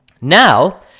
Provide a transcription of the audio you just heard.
Now